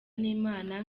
n’imana